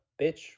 bitch